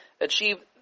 achieve